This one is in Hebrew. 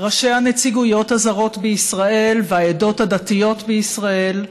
ראשי הנציגויות הזרות בישראל והעדות הדתיות בישראל,